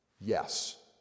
yes